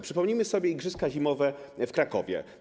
Przypomnijmy sobie igrzyska zimowe w Krakowie.